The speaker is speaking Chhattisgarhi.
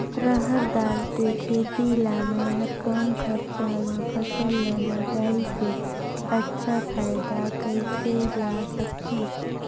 रहर दाल के खेती ला मै ह कम खरचा मा फसल ला लगई के अच्छा फायदा कइसे ला सकथव?